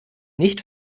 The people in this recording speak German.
nicht